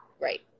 right